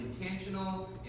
intentional